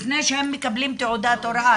לפני שהם מקבלים תעודת הוראה,